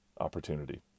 opportunity